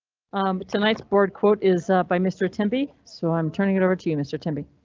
um it's a nice board quote is by mr tempe so i'm turning it over to mr. timmy.